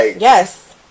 yes